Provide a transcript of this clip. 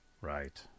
Right